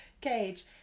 cage